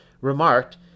remarked